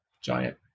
giant